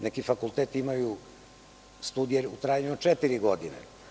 Neki fakulteti imaju studije u trajanju od četiri godine.